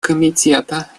комитета